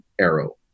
arrow